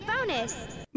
bonus